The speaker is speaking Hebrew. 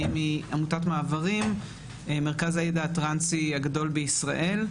אני מעמותת מעברים - מרכז הידע הטרנסי הגדול בישראל.